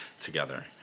together